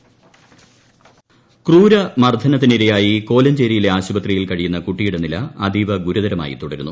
Thodupuzha intro ക്രൂരമർദ്ദനത്തിനിരയായി കോലഞ്ചേരിയിലെ ആശുപത്രിയിൽ കഴിയുന്ന കുട്ടിയുടെ നില അതീവ ഗുരുതരമായി തുടരുന്നു